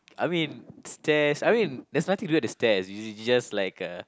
I mean stairs I mean there's nothing to do at the stairs you you just like uh